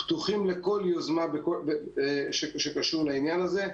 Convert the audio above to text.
אנו פתוחים לכל יוזמה שקשורה לנושא הזה.